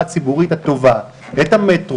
אנחנו פותחים היום דיון על הפרק השלישי של חוק מטרו,